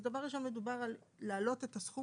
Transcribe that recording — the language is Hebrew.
אז דבר ראשון מדובר על להעלות את הסכום